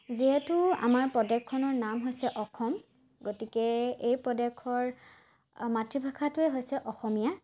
যিহেতু আমাৰ প্ৰদেশখনৰ নাম হৈছে অসম গতিকে এই প্ৰদেশৰ মাতৃভাষাটোৱেই হৈছে অসমীয়া